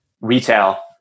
retail